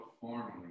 formally